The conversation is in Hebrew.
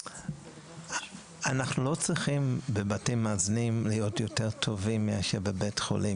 ובבתים מאזנים אנחנו לא צריכים להיות יותר טובים מאשר בבית חולים,